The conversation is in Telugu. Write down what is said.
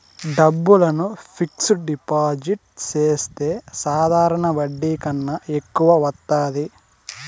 డబ్బులను ఫిక్స్డ్ డిపాజిట్ చేస్తే సాధారణ వడ్డీ కన్నా ఎక్కువ వత్తాది